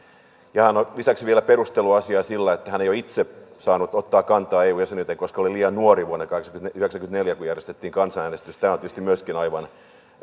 hän on lisäksi vielä perustellut asiaa sillä että hän ei ole itse saanut ottaa kantaa eu jäsenyyteen koska oli liian nuori vuonna yhdeksänkymmentäneljä kun järjestettiin kansanäänestys tämä on tietysti myöskin